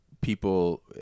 people